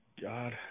God